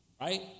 right